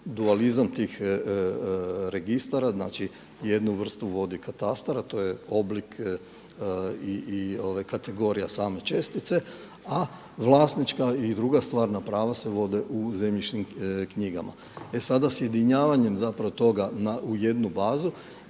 dualizam tih registara, znači jednu vrstu vodi katastar, a to je oblik i kategorija same čestice, a vlasnička i druga stvarna prava se vode u zemljišnim knjigama. E sada sjedinjavanjem toga u jednu bazu